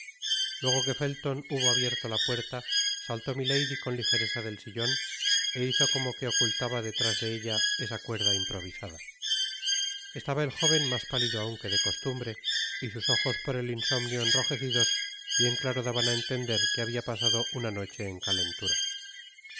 luego que felton hubo abierto la puerta saltó milady con ligereza del sillon é hizo como que ocultaba detrás de ella esa cuerda improvisada estaba el jóven mas pálido aun que de costumbre y sus ojos por el insom nio enrojecidos bien claro daban á entender que habia pasado una noche en calentura sin